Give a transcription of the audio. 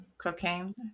Cocaine